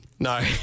No